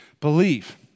believe